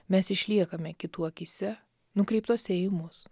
mes išliekame kitų akyse nukreiptose į mus